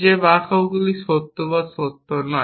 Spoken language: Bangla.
যে বাক্যগুলি সত্য বা নয়